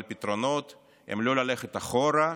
אבל פתרונות הם לא ללכת אחורה,